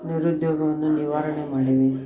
ನಿರುದ್ಯೋಗವನ್ನು ನಿವಾರಣೆ ಮಾಡಿವೆ